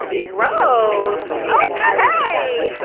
rose hey.